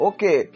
Okay